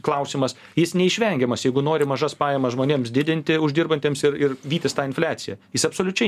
klausimas jis neišvengiamas jeigu nori mažas pajamas žmonėms didinti uždirbantiems ir ir vytis tą infliaciją jis absoliučiai